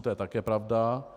To je také pravda.